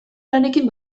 lanekin